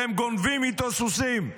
אתם גונבים איתו סוסים.